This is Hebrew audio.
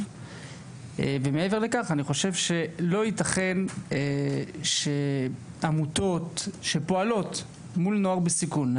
ומעבר לכך אני חושב שלא ייתכן שעמותות שפועלות מול נוער בסיכון,